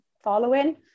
following